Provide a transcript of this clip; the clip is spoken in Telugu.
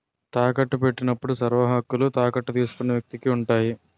తాకట్టు పెట్టినప్పుడు సర్వహక్కులు తాకట్టు తీసుకున్న వ్యక్తికి ఉంటాయి